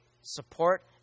support